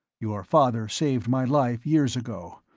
your father saved my life years ago,